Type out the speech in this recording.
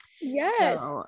yes